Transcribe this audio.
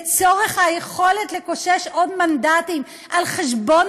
לצורך היכולת לקושש עוד מנדטים על חשבון